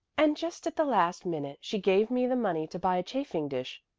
and just at the last minute she gave me the money to buy a chafing-dish.